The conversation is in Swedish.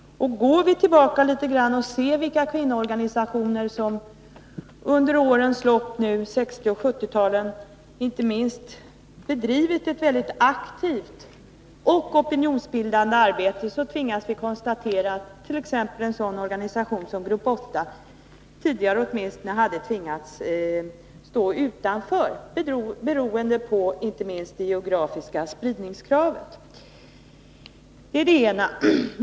Går vi tillbaka litet och ser vilka kvinnoorganisationer som under årens lopp — under 1960 och 1970-talen inte minst — har bedrivit ett väldigt aktivt opinionsbildande arbete, så tvingas vi konstatera att t.ex. en sådan organisation som Grupp 8 åtminstone tidigare skulle ha ställts utanför, beroende framför allt på kravet på geografisk spridning.